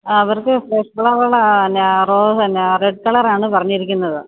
അവർക്ക് fresh flower പിന്നെ റോ പിന്നെ റെഡ് കളറാണ് പറഞ്ഞിരിക്കുന്നത്